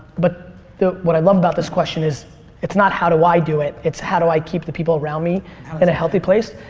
but what i love about this question is it's not how do i do it it's how do i keep the people around me in a healthy place.